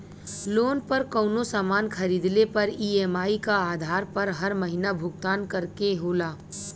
loan पर कउनो सामान खरीदले पर ई.एम.आई क आधार पर हर महीना भुगतान करे के होला